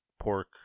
pork